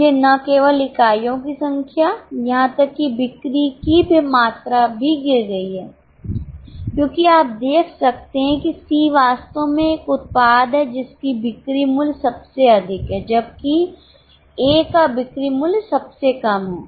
इसलिए न केवल इकाइयों की संख्या यहां तक कि बिक्री की मात्रा भी गिर गई है क्योंकि आप देख सकते हैं कि C वास्तव में एक उत्पाद है जिसकी बिक्री मूल्य सबसे अधिक है जबकि A का बिक्री मूल्य सबसे कम है